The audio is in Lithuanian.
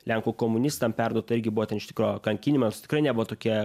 lenkų komunistam perduota irgi buvo ten iš tikro kankinimams tikrai nebuvo tokie